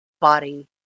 body